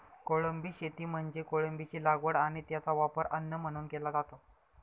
कोळंबी शेती म्हणजे कोळंबीची लागवड आणि त्याचा वापर अन्न म्हणून केला जातो